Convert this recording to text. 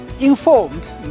informed